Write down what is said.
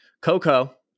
Coco